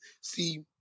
See